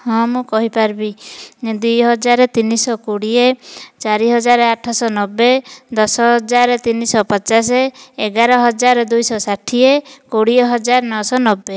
ହଁ ମୁଁ କହିପାରିବି ଦୁଇହଜାର ତିନିଶହ କୋଡ଼ିଏ ଚାରି ହଜାର ଆଠଶହ ନବେ ଦଶ ହଜାର ତିନିଶହ ପଚାଶ ଏଗାର ହଜାର ଦୁଇ ଶହ ଷାଠିଏ କୋଡ଼ିଏ ହଜାର ନଅଶହ ନବେ